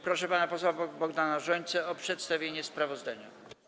Proszę pana posła Bogdana Rzońcę o przedstawienie sprawozdania.